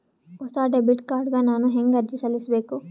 ಹೊಸ debit card ಗ ನಾನು ಹೆಂಗ ಅರ್ಜಿ ಸಲ್ಲಿಸಬೇಕು?